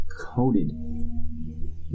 coated